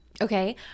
Okay